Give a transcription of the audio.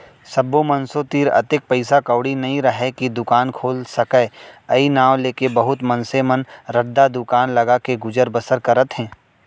सब्बो मनसे तीर अतेक पइसा कउड़ी नइ राहय के दुकान खोल सकय अई नांव लेके बहुत मनसे मन रद्दा दुकान लगाके गुजर बसर करत हें